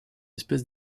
espèce